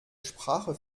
sprache